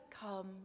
come